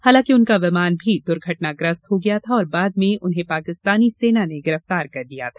हालांकि उनका विमान भी दुर्घटनाग्रस्त हो गया था और बाद में उन्हें पाकिस्तानी सेना ने गिरफ्तार कर लिया था